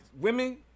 women